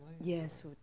Yes